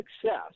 success